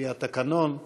על-פי התקנון.